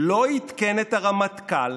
לא עדכן את הרמטכ"ל.